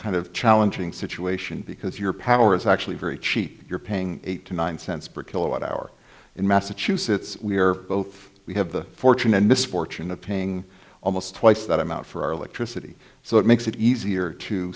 kind of challenging situation because your power is actually very cheap you're paying eight to nine cents per kilowatt hour in massachusetts we are both we have the fortune and misfortune of paying almost twice that amount for our electricity so it makes it easier to